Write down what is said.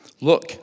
Look